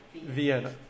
Vienna